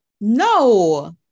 No